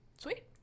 Sweet